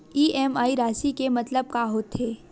EMI राशि के मतलब का होथे?